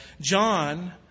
John